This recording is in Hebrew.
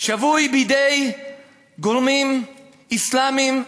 שבוי בידי גורמים אסלאמיים,